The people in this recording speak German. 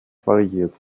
variiert